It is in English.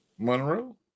Monroe